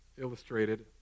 illustrated